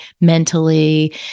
mentally